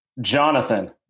Jonathan